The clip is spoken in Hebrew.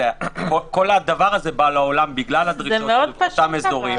כל הדבר הזה בא לעולם בגלל אותם אזורים-